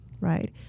right